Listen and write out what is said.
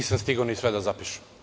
Nisam stigao ni sve da zapišem.